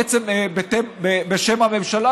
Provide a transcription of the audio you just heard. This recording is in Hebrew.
בעצם בשם הממשלה,